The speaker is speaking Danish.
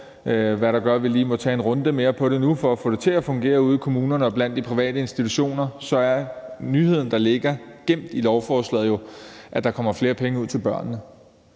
hvad der så gør, at vi nu lige må tage en runde mere om det for at få det til at fungere ude i kommunerne og blandt de private institutioner, så er nyheden, der ligger gemt i lovforslaget, jo, at der kommer flere penge ud til børnene.